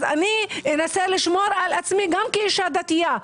אנסה לשמור על עצמי גם כאשה דתית.